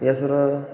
या जरा